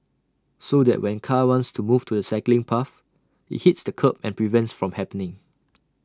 so that when car wants to move to the cycling path IT hits the kerb and prevents from happening